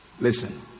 Listen